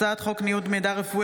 הצעת חוק ניוד מידע רפואי,